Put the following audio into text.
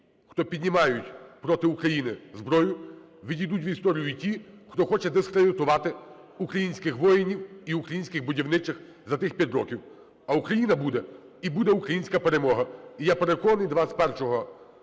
хто піднімає проти України зброю, відійдуть в історію ті, хто хоче дискредитувати українських воїнів і українських будівничих за тих 5 років, а Україна буде і буде українська перемога. І я переконаний, 21 числа